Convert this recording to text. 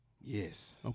Yes